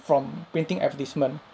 from printing advertisement